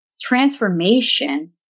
transformation